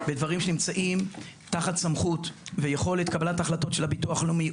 בדברים שנמצאים תחת סמכות ויכולת קבלת החלטות של הביטוח הלאומי,